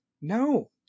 no